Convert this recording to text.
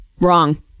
Wrong